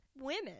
women